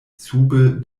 sube